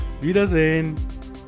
Wiedersehen